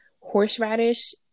horseradish